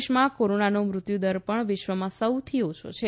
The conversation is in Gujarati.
દેશમા કોરોનાનો મૃત્યુદર પણ વિશ્વમાં સૌથી ઓછો છે